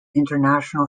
international